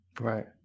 Right